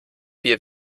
wir